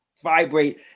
vibrate